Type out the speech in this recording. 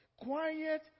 quiet